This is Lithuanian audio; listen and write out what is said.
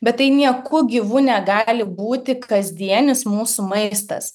bet tai nieku gyvu negali būti kasdienis mūsų maistas